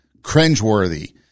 Cringeworthy